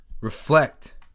Reflect